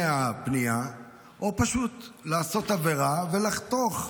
הפנייה או פשוט לעשות עבירה ולחתוך,